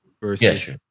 versus